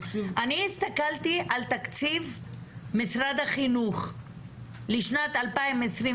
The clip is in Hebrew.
אני הסתכלתי על תקציב משרד החינוך לשנת 2021